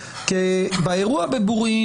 כי אני מבין שבאירוע בבורין,